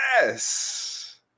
Yes